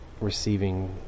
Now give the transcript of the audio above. receiving